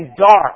dark